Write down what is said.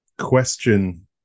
question